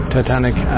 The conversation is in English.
Titanic